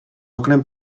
oknem